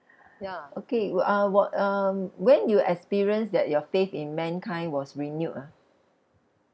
ya okay wha~ uh what um when you experience that your faith in mankind was renewed ah